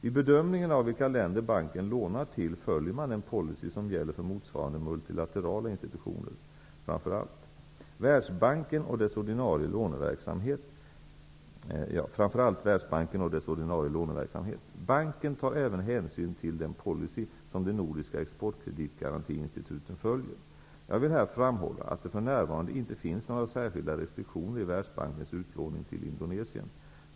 Vid bedömningen av vilka länder banken lånar till följer man den policy som gäller för motsvarande multilaterala institutioner, framför allt Världsbanken och dess ordinarie låneverksamhet. Banken tar även hänsyn till den policy som de nordiska exportkreditgarantiinstituten följer. Jag vill här framhålla att det för närvarande inte finns några särskilda restriktioner i Världsbankens utlåning till Indonesien.